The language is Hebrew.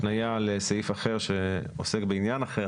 הפניה לסעיף אחר שעוסק בעניין אחר